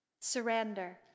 Surrender